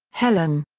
helen.